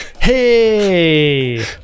Hey